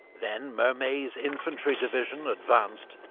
then mermet's infantry division advanced,